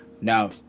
Now